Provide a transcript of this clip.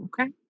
Okay